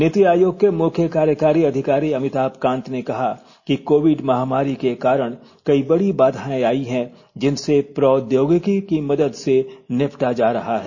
नीति आयोग के मुख्य कार्यकारी अधिकारी अमिताभ कांत ने कहा कि कोविड महामारी के कारण कई बड़ी बाधाएं आई हैं जिनसे प्रौद्योगिकी की मदद से निपटा जा रहा है